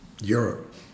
Europe